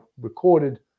recorded